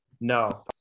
No